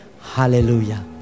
Hallelujah